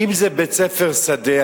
אם זה בית-ספר שדה,